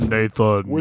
Nathan